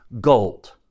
Gold